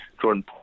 Jordan